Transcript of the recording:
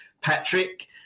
Patrick